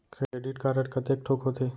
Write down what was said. Credit card कतेक ठोक होथे?